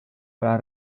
para